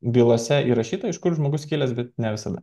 bylose įrašyta iš kur žmogus kilęs bet ne visada